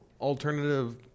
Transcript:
alternative